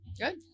Good